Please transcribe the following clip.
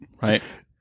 right